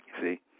See